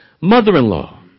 mother-in-law